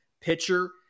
pitcher